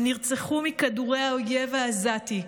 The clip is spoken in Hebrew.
הם נרצחו מכדורי האויב העזתי,